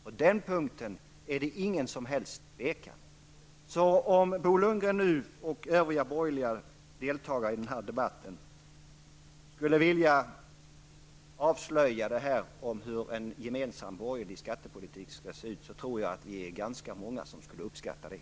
På den punkten råder inga tvivel. Om Bo Lundgren och övriga borgerliga deltagare i denna debatt vill avslöja hur en gemensam borgerlig skattepolitik skall se ut, då tror jag att vi är ganska många som uppskattar det.